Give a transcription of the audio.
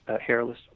hairless